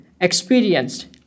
experienced